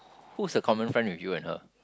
who's the common friend with you and her